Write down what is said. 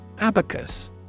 Abacus